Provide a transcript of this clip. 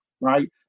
right